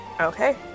Okay